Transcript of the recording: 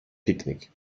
picknick